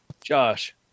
Josh